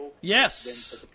Yes